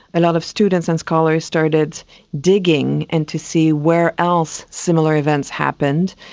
a lot of students and scholars started digging and to see where else similar events happened,